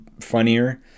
funnier